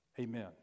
Amen